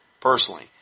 Personally